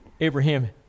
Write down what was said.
Abraham